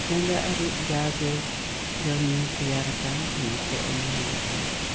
ᱡᱟᱸᱜᱟ ᱟᱹᱨᱩᱵ ᱡᱟᱜᱮ ᱡᱚᱢ ᱧᱩ ᱛᱮᱭᱟᱨ ᱟᱠᱟᱱ ᱚᱱᱟᱠᱚ ᱮᱢ ᱦᱩᱭᱩᱜᱼᱟᱱ